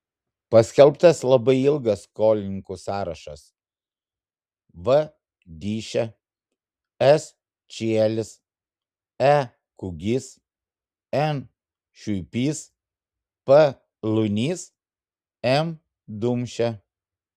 paskelbtas labai ilgas skolininkų sąrašas v dyšė s čielis e kugys n šiuipys p lunys m dumšė